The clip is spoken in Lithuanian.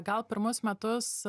gal pirmus metus